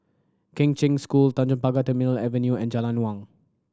Kheng Cheng School Tanjong Pagar Terminal Avenue and Jalan Naung